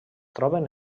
troben